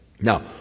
Now